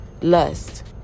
lust